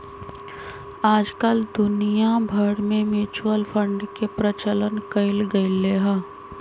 आजकल दुनिया भर में म्यूचुअल फंड के प्रचलन कइल गयले है